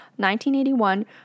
1981